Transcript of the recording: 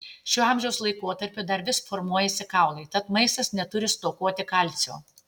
šiuo amžiaus laikotarpiu dar vis formuojasi kaulai tad maistas neturi stokoti kalcio